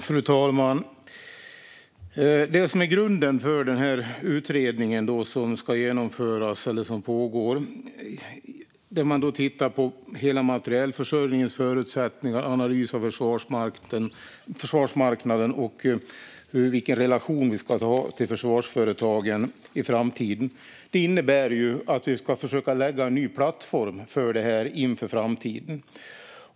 Fru talman! Det som är grunden för den utredning som pågår är att man tittar på hela materielförsörjningens förutsättningar, analyserar försvarsmarknaden och ser på vilken relation vi ska ha med försvarsföretagen i framtiden. Det innebär att vi ska försöka lägga en ny plattform för detta inför framtiden.